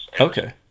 Okay